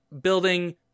building